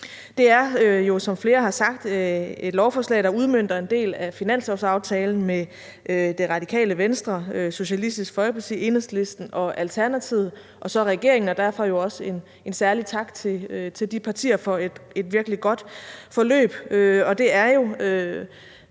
Det er jo, som flere har sagt, et lovforslag, der udmønter en del af finanslovsaftalen med Det Radikale Venstre, Socialistisk Folkeparti, Enhedslisten, Alternativet og regeringen, og derfor også en særlig tak til de partier for et virkelig godt forløb.